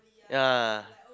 ya